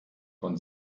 und